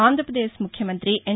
ఆంధ్రప్రదేశ్ ముఖ్యమంతి ఎన్